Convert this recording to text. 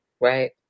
Right